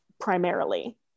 primarily